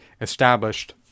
established